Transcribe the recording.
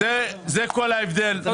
זה כל ההבדל.